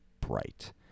bright